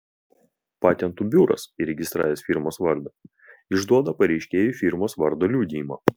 patentų biuras įregistravęs firmos vardą išduoda pareiškėjui firmos vardo liudijimą